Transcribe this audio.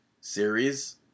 series